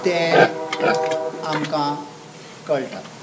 तें आमकां कळटात